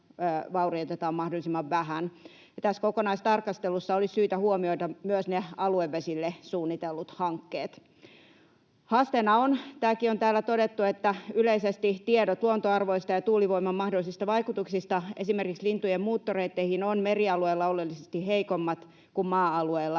tässä kokonaistarkastelussa olisi syytä huomioida myös aluevesille suunnitellut hankkeet. Haasteena on — tämäkin on täällä todettu — että yleisesti tiedot luontoarvoista ja tuulivoiman mahdollisista vaikutuksista esimerkiksi lintujen muuttoreitteihin ovat merialueilla oleellisesti heikommat kuin maa-alueilla.